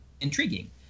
intriguing